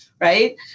right